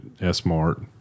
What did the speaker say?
S-Mart